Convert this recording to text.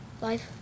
life